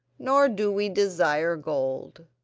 nor do we desire gold.